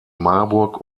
marburg